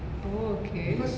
oh okay